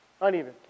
uneven